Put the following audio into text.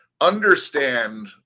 understand